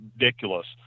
ridiculous